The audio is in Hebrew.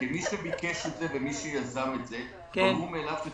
מי שביקש את זה ומי שיזם את זה אמר מלכתחילה